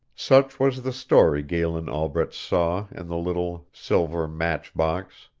such was the story galen albret saw in the little silver match-box.